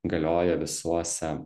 galioja visuose